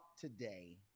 today